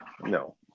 no